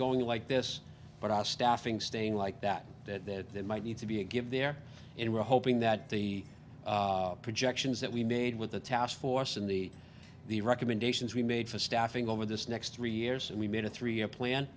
going like this but our staffing staying like that that might need to be a give there and we're hoping that the projections that we made with the task force in the the recommendations we made for staffing over this next three years and we made a three year